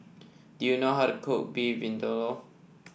do you know how to cook Beef Vindaloo